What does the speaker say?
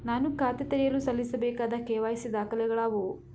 ನಾನು ಖಾತೆ ತೆರೆಯಲು ಸಲ್ಲಿಸಬೇಕಾದ ಕೆ.ವೈ.ಸಿ ದಾಖಲೆಗಳಾವವು?